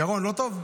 ירון, לא טוב?